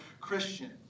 Christian